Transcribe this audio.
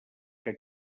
que